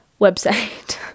website